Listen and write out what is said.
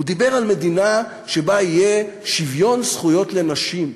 הוא דיבר על מדינה שבה יהיה שוויון זכויות לנשים,